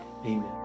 Amen